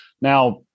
now